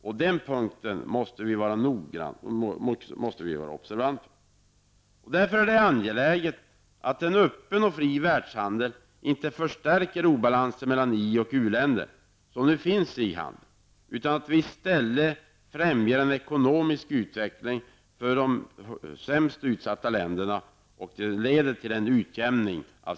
På den punkten måste vi vara observanta. Det är därför angeläget att en öppen och fri världshandel inte förstärker den obalans mellan ioch u-länder som nu förekommer. I stället skall vi främja en ekonomisk utveckling i de värst utsatta länderna.